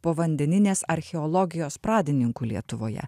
povandeninės archeologijos pradininku lietuvoje